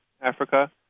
Africa